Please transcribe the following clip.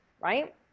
Right